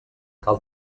cal